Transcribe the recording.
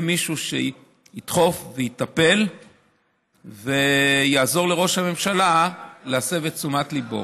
מישהו שידחוף ויטפל ויעזור לראש הממשלה להסב את תשומת ליבו.